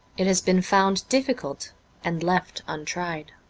it has been found difficult and left untried.